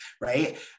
right